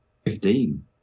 Fifteen